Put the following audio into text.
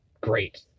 great